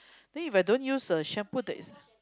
then If I don't use a shampoo that is